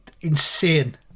insane